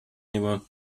него